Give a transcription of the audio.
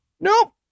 Nope